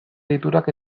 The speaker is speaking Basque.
deiturak